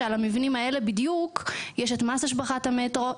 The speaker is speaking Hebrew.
שעל המבנים האלה בדיוק יש את מס השבחת המטרו,